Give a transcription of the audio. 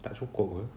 tak cukup ke